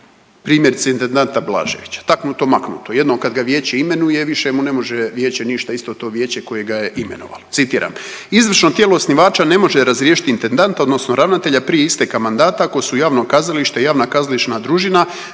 primjerice, intendanta Blaževića, taknuto-maknuto, jednom kad ga vijeće imenuje, više mu ne može vijeće ništa, isto to vijeće koje ga je imenovalo. Citiram, izvršno tijelo osnivača ne može razriješiti intendanta odnosno ravnatelja prije isteka mandata ako su javno kazalište, javna kazališna družina,